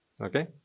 okay